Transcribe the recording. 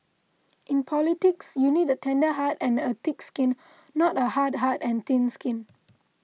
in politics you need a tender heart and a thick skin not a hard heart and thin skin